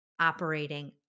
operating